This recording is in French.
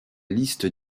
liste